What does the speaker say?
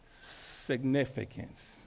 significance